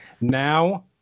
Now